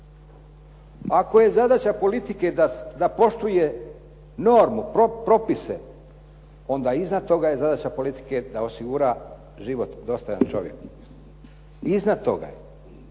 Ako je zadaća politike da poštuje normu, propise onda iznad toga je zadaća politike da osigura život dostojan čovjeku, iznad toga je.